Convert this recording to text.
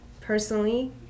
personally